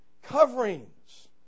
coverings